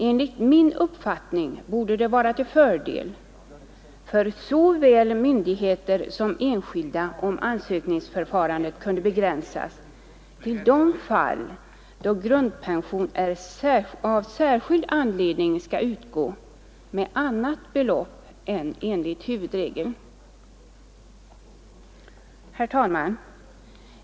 Enligt min uppfattning borde det vara till fördel för såväl myndigheter som enskilda om ansökningsförfarandet kunde begränsas till de fall då grundpension av särskild anledning skall utgå med annat belopp än enligt huvudregeln. Herr talman!